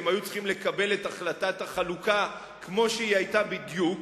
כי הם היו צריכים לקבל את החלטת החלוקה כמו שהיתה בדיוק,